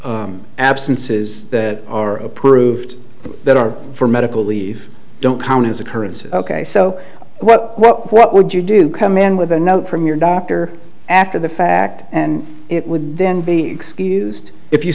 so absences that are approved that are for medical leave don't count as a currency ok so what what what would you do come in with a note from your doctor after the fact and it would then be excused if you